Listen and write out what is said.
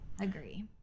Agree